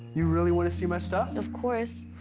you really want to see my stuff? of course.